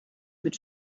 mit